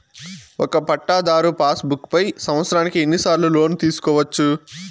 ఒక పట్టాధారు pass book పై సంవత్సరానికి ఎన్ని సార్లు లోను తీసుకోవచ్చు?